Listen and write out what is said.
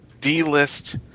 D-list